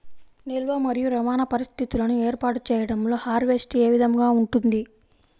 నిల్వ మరియు రవాణా పరిస్థితులను ఏర్పాటు చేయడంలో హార్వెస్ట్ ఏ విధముగా ఉంటుంది?